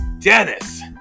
Dennis